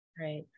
Right